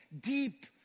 deep